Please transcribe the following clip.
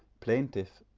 plaintive,